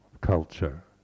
culture